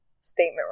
statement